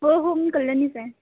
हो हो मी कल्यानीच आहे